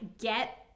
get